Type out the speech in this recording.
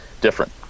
different